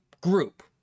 group